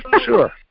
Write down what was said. Sure